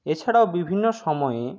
এছাড়াও বিভিন্ন সময়ে